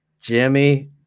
Jimmy